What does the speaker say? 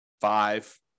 five